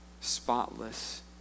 spotless